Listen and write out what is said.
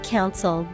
Council